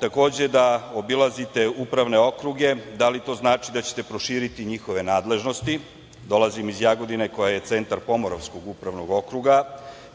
takođe, da obilazite upravne okruge. Da li to znači da ćete proširiti njihove nadležnosti? Dolazim iz Jagodine koja je centar Pomoravskog upravnog okruga